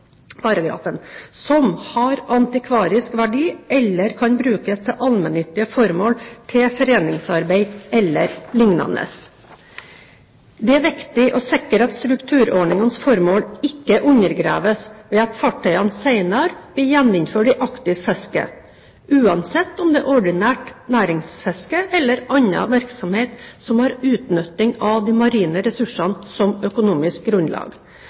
paragrafen – «har antikvarisk verdi eller kan brukes til allmennyttige formål, til foreningsarbeid eller lignende». Det er viktig å sikre at strukturordningenes formål ikke undergraves ved at fartøyene senere blir gjeninnført i aktivt fiske, uansett om det er ordinært næringsfiske eller annen virksomhet som har utnytting av de marine ressursene som økonomisk grunnlag.